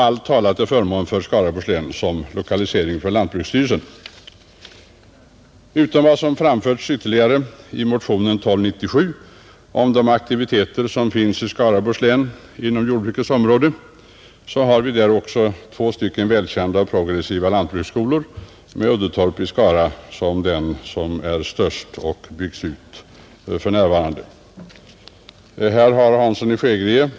Allt talar till förmån för Skaraborgs län som lokaliseringsområde för lantbruksstyrelsen, Utom vad som ytterligare framförts i motion 1297 om de aktiviteter som förekommer i Skaraborgs län inom jordbrukets område har vi där också två välkända och progressiva lantbruksskolor, av vilka Uddetorp i Skara är den största, och för närvarande byggs båda ut. Tidigare talare — bla.